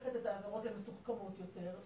הופכת את העבירות למתוחכמות יותר,